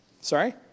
Sorry